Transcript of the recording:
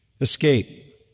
escape